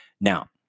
Now